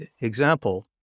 example